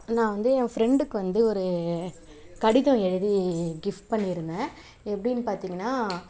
நான் வந்து என் ஃபிரெண்டுக்கு வந்து ஒரு கடிதம் எழுதி கிஃப்ட் பண்ணியிருந்தேன் எப்படினு பார்த்திங்கனா